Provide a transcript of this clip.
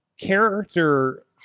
character